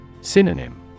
Synonym